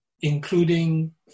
including